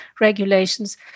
regulations